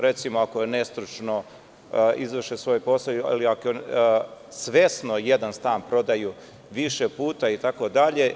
Recimo, ako nestručno izvrše svoj posao, ako svesno jedan stan prodaju više puta itd.